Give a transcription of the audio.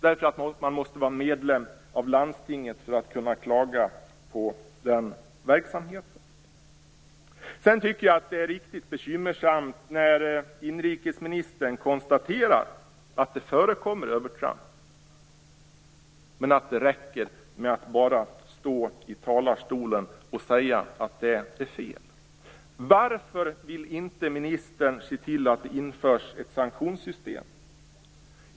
Man måste nämligen vara medlem av landstinget för att kunna klaga på den verksamheten. Jag tycker att det är riktigt bekymmersamt när inrikesministern konstaterar att det förekommer övertramp, men att det räcker med att stå i talarstolen och säga att det inte är fel. Varför vill inte ministern se till att det införs ett sanktionssystem?